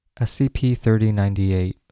SCP-3098